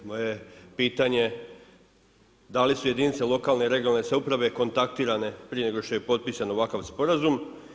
Moje je pitanje da li su jedinice lokalne i regionalne samouprave kontaktirane prije nego što je potpisan ovakav sporazum.